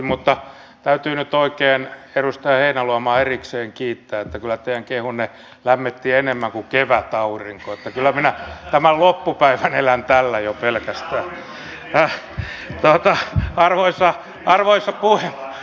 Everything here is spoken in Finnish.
mutta täytyy nyt oikein edustaja heinäluomaa erikseen kiittää että kyllä teidän kehunne lämmitti enemmän kuin kevätaurinko että kyllä minä tämän loppupäivän elän tällä jo pelkästään